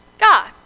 God